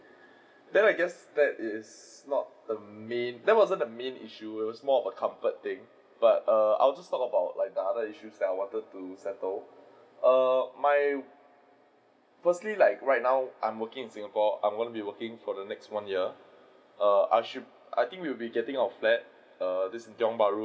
then I guess that is not the main that wasn't the main issue it is more of a comfort thing but err I'll just talk about like another issue that I wanted to settle err my firstly like right now I am working in singapore I am going to be working for the next one year err I shou~ I think I would be getting our flat err this tiong bahru